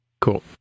cool